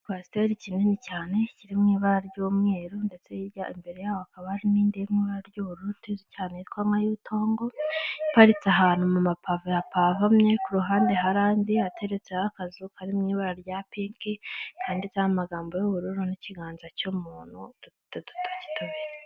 Kwaiteri kinini cyane kirimu ibara ry'umweru ndetse hirya imbere yaho hakaba hari n'indi iri mu ibara ry'ubururu tuzi cyane itwa nka yutongo iparitse ahantu mu mapavu yapamoye ku ruhande hari andi ateretseho akazu kari mu ibara rya pinki yanditseho amagambo y'ubururu n'ikiganza cy'umuntu udutoki tubiri.